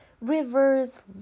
rivers